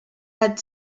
had